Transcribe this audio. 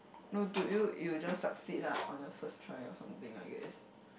no do you you just succeed lah on your first try or something I guess